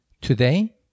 Today